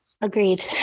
Agreed